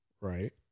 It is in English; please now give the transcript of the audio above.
right